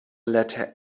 letter